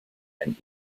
and